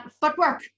Footwork